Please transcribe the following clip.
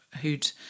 who'd